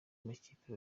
makipe